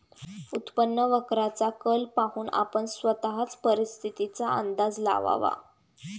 उत्पन्न वक्राचा कल पाहून आपण स्वतःच परिस्थितीचा अंदाज लावावा